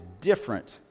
different